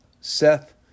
Seth